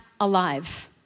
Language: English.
alive